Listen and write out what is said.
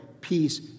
peace